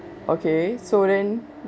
okay so then